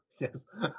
Yes